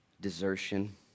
desertion